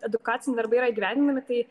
edukaciniai darbai yra įgyvendinami kai